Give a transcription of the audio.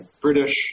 British